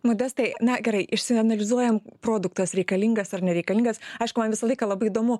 modestai na gerai išsianalizuojam produktas reikalingas ar nereikalingas aišku man visą laiką labai įdomu